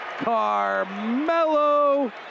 Carmelo